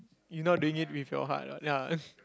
you not doing it with your heart ah ya